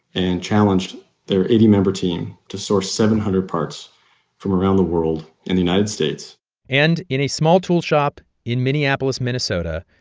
and challenged their eighty member team to source seven hundred parts from around the world and the united states and in a small tool shop in minneapolis, minn, so but